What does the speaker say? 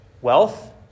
wealth